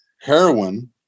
heroin